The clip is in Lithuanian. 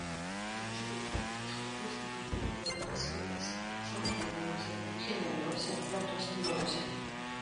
graužikai platina žmogaus gyvybei pavojingas ligas salmoneliozę trichineliozę leptospirozę